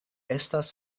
estas